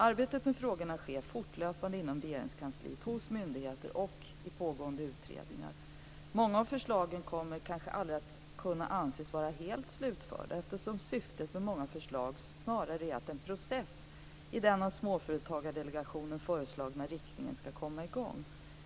Arbetet med frågorna sker fortlöpande inom Regeringskansliet, hos myndigheter och i pågående utredningar. Många av förslagen kommer kanske aldrig att kunna anses vara helt slutförda eftersom syftet med många förslag snarare är att en process i den av Småföretagsdelegationen föreslagna riktningen ska komma i gång.